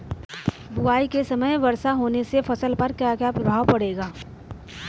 बुआई के समय अधिक वर्षा होने से फसल पर क्या क्या प्रभाव पड़ेगा?